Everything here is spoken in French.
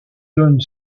donne